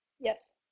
yes